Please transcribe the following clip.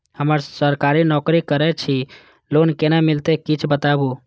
हम सरकारी नौकरी करै छी लोन केना मिलते कीछ बताबु?